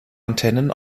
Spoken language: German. antennen